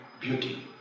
beauty